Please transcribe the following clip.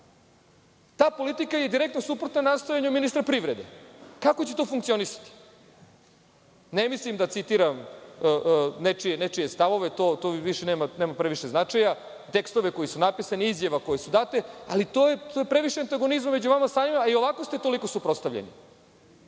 Ta politika je direktno suprotna nastojanju ministra privrede. Kako će to funkcionisati? Ne mislim da citiram nečije stavove to više nema previše značaja, tekstove koji su napisani, izjave koje su date, ali to je previše antagonizma među vama samima, a i ovako ste toliko suprotstavljeni. Da